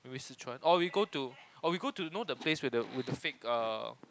maybe Sichuan or we go to or we go to you know the place where with the fake uh